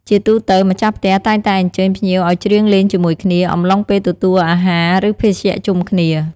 ជាទូទៅ ម្ចាស់ផ្ទះតែងតែអញ្ជើញភ្ញៀវឱ្យច្រៀងលេងជាមួយគ្នា អំឡុងពេលទទួលអាហារ ឬ ភេសជ្ជៈជុំគ្នា។